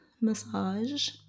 massage